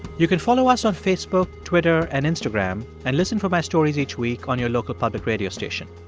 you can follow us on facebook, twitter and instagram and listen for my stories each week on your local public radio station.